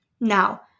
Now